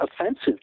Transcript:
offensive